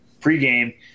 pregame